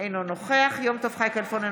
אינו נוכח יום טוב חי כלפון,